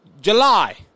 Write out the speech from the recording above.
July